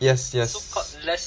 yes yes